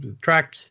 track